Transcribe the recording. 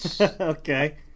okay